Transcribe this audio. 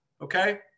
Okay